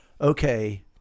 okay